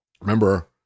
remember